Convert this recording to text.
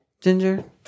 Ginger